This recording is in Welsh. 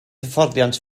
hyfforddiant